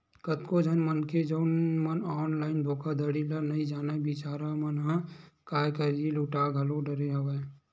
कतको झन मनखे जउन मन ऑनलाइन धोखाघड़ी ल नइ जानय बिचारा मन ह काय करही लूटा घलो डरे हवय